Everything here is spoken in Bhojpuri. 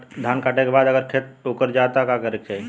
धान कांटेके बाद अगर खेत उकर जात का करे के चाही?